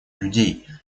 людей